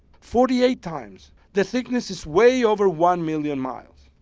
forty eight times, the thickness is way over one million miles.